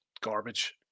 Garbage